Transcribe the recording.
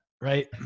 right